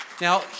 now